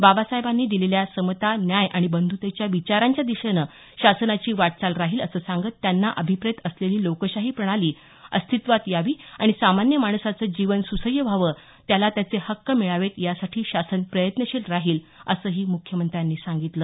बाबासाहेबांनी दिलेल्या समता न्याय आणि बंध्तेच्या विचारांच्या दिशेनं शासनाची वाटचाल राहील असं सांगत त्यांना अभिप्रेत असलेली लोकशाही प्रणाली अस्तित्वात यावी आणि सामान्य माणसाचं जीवन सुसह्य व्हावं त्याला त्याचे हक्क मिळावे यासाठी शासन प्रयत्नशील राहील असं मुख्यमंत्री म्हणाले